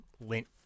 lint